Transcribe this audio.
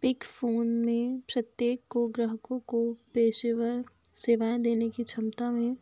big four में प्रत्येक को ग्राहकों को पेशेवर सेवाएं देने की क्षमता में